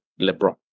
LeBron